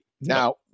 Now